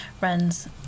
runs